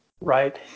right